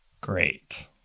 great